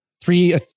three